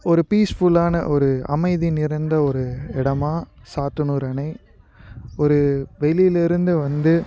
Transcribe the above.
ஒரு பீஸ்ஃபுல்லான ஒரு அமைதி நிறைந்த ஒரு இடமாக சாத்தனூர் அணை ஒரு வெளியிலருந்து வந்து